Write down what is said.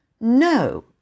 No